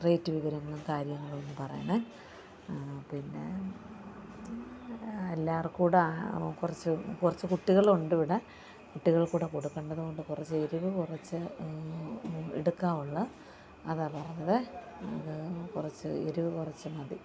rate വിവരങ്ങളും കാര്യങ്ങളൊന്നു പറയണേ പിന്നെ എല്ലാവർക്കും കൂടി കുറച്ചു കുറച്ചു കുട്ടികളുണ്ടിവിടെ കുട്ടികൾക്ക് കൂടി കൊടുക്കേണ്ടതു കൊണ്ട് കുറച്ചെരിവു കുറച്ച് എടുക്കാവുള്ളൂ അതാണ് പറഞ്ഞത് കുറച്ച് എരിവു കുറച്ചു മതി